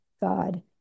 God